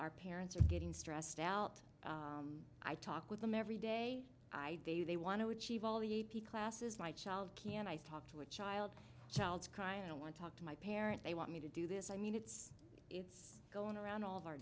our parents are getting stressed out i talk with them every day i day they want to achieve all the a p classes my child can i talk to a child child's cry and i want to talk to my parents they want me to do this i mean it's it's going around all of our